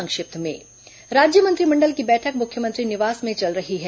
संक्षिप्त समाचार राज्य मंत्रिमंडल की बैठक मुख्यमंत्री निवास में चल रही है